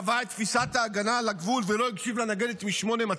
בג"ץ קבע את תפיסת ההגנה על הגבול ולא הקשיב לנגדת מ-8200?